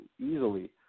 easily